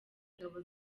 ingabo